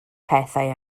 pethau